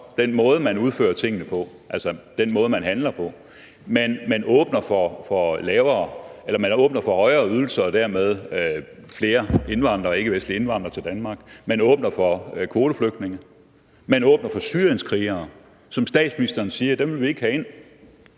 den måde, man udfører tingene på, altså den måde, man handler på. Man åbner for højere ydelser og dermed flere ikkevestlige indvandrere til Danmark, man åbner for kvoteflygtninge, og man åbner for syrienskrigere, som statsministeren siger vi ikke vil have ind,